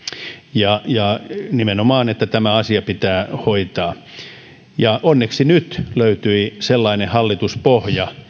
ja ja nimenomaan se että tämä asia pitää hoitaa onneksi nyt löytyi sellainen hallituspohja